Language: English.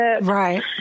Right